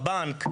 לפקיד בבנק,